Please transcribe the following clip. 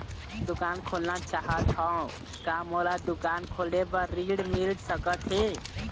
दुकान खोलना चाहत हाव, का मोला दुकान खोले बर ऋण मिल सकत हे?